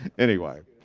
anyway.